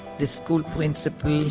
the school principal.